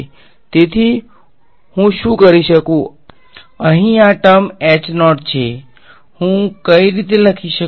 તેથી હું શું કરી શકુંઅહીં આ ટર્મ છે કે હું તેને રીતે લખી શકું